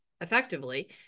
effectively